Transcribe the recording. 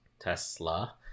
Tesla